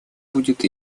будет